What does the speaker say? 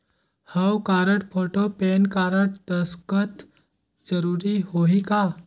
हव card, photo, PAN card, दस्खत जरूरी होही का?